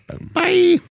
Bye